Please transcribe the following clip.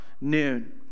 noon